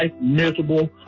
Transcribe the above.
miserable